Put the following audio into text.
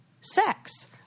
sex